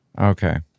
Okay